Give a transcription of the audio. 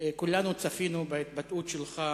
כולנו צפינו בהתבטאות שלך